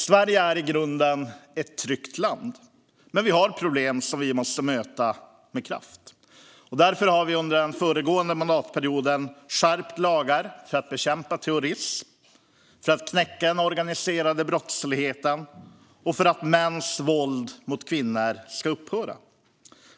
Sverige är i grunden ett tryggt land, men vi har problem som vi måste möta med kraft. Därför har vi under den föregående mandatperioden skärpt lagar för att bekämpa terrorism, för att knäcka den organiserade brottsligheten och för att mäns våld mot kvinnor ska upphöra.